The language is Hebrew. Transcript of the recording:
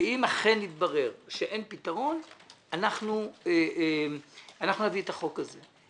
אם אכן יתברר שאין פתרון נביא את החוק הזה.